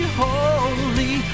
holy